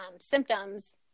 symptoms